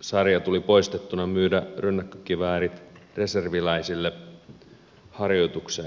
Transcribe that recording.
sarjatuli poistettuna myydä rynnäkkökiväärit reserviläisille harjoitukseen kenties